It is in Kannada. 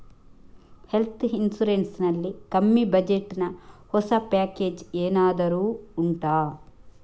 ಹೆಲ್ತ್ ಇನ್ಸೂರೆನ್ಸ್ ನಲ್ಲಿ ಕಮ್ಮಿ ಬಜೆಟ್ ನ ಹೊಸ ಪ್ಯಾಕೇಜ್ ಏನಾದರೂ ಉಂಟಾ